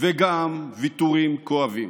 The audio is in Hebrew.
וגם ויתורים כואבים.